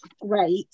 great